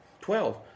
twelve